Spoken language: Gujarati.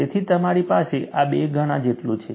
તેથી તમારી પાસે આ બે ગણા જેટલું છે